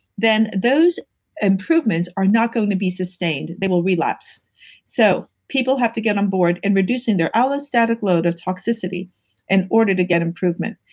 then those improvements are not going to be sustained they will relapse so, people have to get on board and reducing their allostatic load of toxicity in order to get improvement.